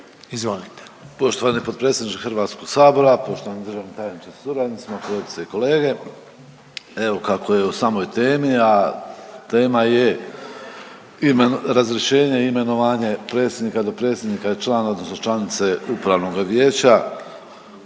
(HDZ)** Poštovani potpredsjedniče Hrvatskog sabora, poštovani državni tajniče sa suradnicima, kolegice i kolege, evo kako je o samoj temi, a tema je ime… razrješenje i imenovanje predsjednika i dopredsjednika i člana odnosno članice upravnoga vijeća